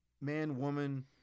man-woman